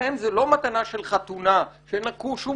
לכן זו לא מתנה של חתונה שאין לה שום